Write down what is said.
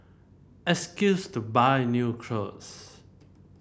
excuse to buy new clothes